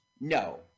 No